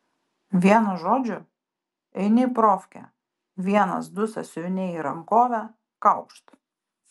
vienu žodžiu eini į profkę vienas du sąsiuviniai į rankovę kaukšt